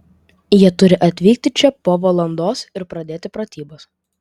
jie turi atvykti čia po valandos ir pradėti pratybas